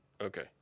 Okay